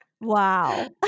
Wow